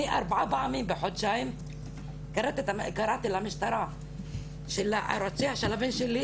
במשך חודשיים ארבע פעמים קראתי למשטרה אחרי הרצח של הבן שלי,